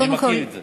אני מכיר את זה.